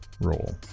roll